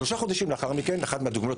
שלושה חודשים לאחר מכן אחת הדוגמניות